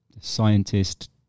scientist